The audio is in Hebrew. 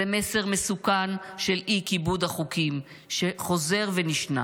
זה מסר מסוכן של אי-כיבוד החוקים שחוזר ונשנה.